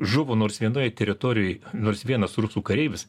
žuvo nors vienoj teritorijoj nors vienas rusų kareivis